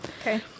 Okay